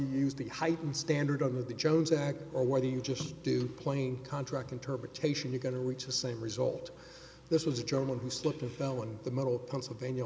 use the heightened standard of the jones act or whether you just do plain contract interpretation you're going to reach the same result this was a gentleman who slipped and fell in the middle pennsylvania